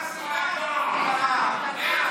תאמיני לי,